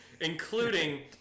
including